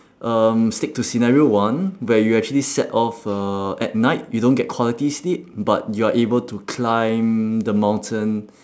um stick to scenario one where you actually set off uh at night you don't get quality sleep but you are able to climb the mountain